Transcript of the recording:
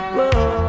Whoa